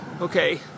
Okay